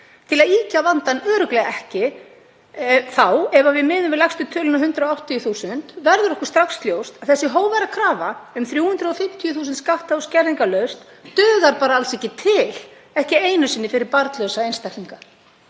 Til að ýkja vandann örugglega ekki og við miðum við lægstu töluna, 180.000 kr., verður okkur strax ljóst að þessi hógværa krafa um 350.000 kr. skatta- og skerðingarlaust dugar bara alls ekki til, ekki einu sinni fyrir barnlausa einstaklinga,